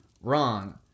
Wrong